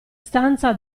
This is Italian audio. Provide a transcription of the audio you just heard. stanza